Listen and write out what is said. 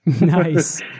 Nice